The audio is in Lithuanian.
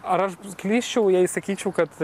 ar aš klysčiau jei sakyčiau kad